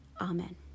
Amen